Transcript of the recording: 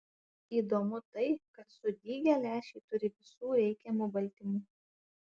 įdomu tai kad sudygę lęšiai turi visų reikiamų baltymų